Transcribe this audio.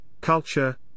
culture